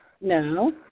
No